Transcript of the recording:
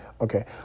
Okay